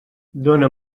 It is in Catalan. dona